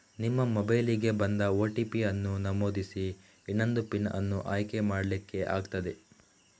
ನಿಮ್ಮ ಮೊಬೈಲಿಗೆ ಬಂದ ಓ.ಟಿ.ಪಿ ಅನ್ನು ನಮೂದಿಸಿ ಇನ್ನೊಂದು ಪಿನ್ ಅನ್ನು ಆಯ್ಕೆ ಮಾಡ್ಲಿಕ್ಕೆ ಆಗ್ತದೆ